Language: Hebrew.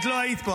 את לא היית פה,